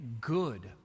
good